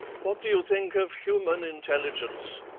what do you think of human intelligence?